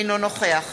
אינו נוכח